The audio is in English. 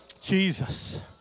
Jesus